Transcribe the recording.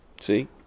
See